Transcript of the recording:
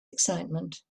excitement